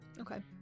Okay